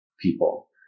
people